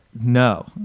no